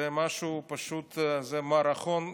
זה משהו פשוט, זה מערכון,